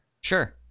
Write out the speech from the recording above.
Sure